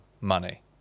money